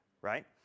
right